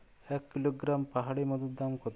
এক কিলোগ্রাম পাহাড়ী মধুর দাম কত?